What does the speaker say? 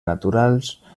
naturals